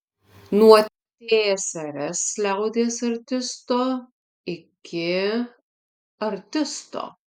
nuo tsrs liaudies artisto iki artisto